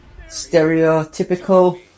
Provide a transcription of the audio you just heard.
stereotypical